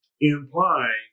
implying